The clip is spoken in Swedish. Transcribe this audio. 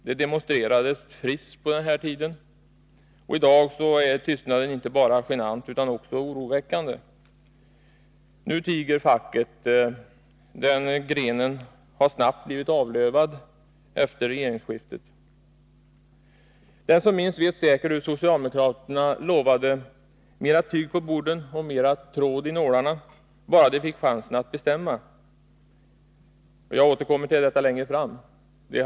Det demonstrerades friskt på den tiden. I dag är tystnaden inte bara genant utan också oroväckande. Nu tiger facket. Den grenen har snabbt blivit avlövad efter regeringsskiftet. Den som minns vet att socialdemokraterna lovade mera tyg på borden och mera tråd i nålarna, bara de fick chansen att bestämma. Det har talats en hel del om olika svek.